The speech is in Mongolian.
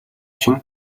чинь